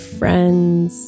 friends